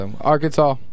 Arkansas